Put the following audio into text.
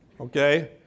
okay